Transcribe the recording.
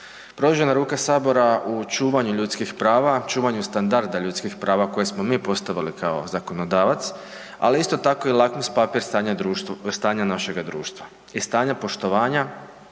Produžena ruka Sabora u čuvanju ljudskih prava, čuvanju standarda ljudskih prava koje smo mi postavili kao zakonodavac, ali isto tako i lakmus papir stanja našega društva i stanje poštovanja